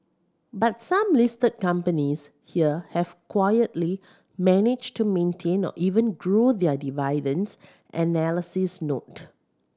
but some listed companies here have quietly managed to maintain or even grow their dividends analysts note